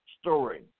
story